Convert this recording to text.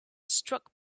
struck